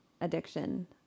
addiction